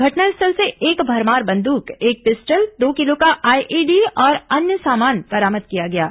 घटनास्थल से एक भरमार बंदूक एक पिस्टल दो किलो का आईईडी और अन्य सामान बरामद किया गया है